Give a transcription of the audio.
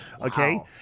okay